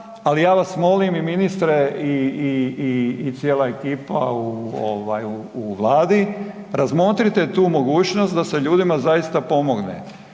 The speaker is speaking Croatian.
ali ja vas molim i ministre i cijela ekipa u ovaj u Vladi, razmotrite tu mogućnost da se ljudima zaista pomogne